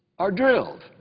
are drilled.